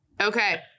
Okay